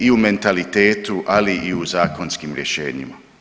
I u mentalitetu, ali i u zakonskim rješenjima.